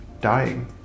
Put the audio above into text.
Dying